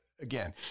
again